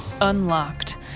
Unlocked